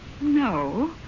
No